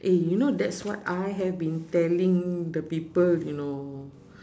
eh you know that's what I have been telling the people you know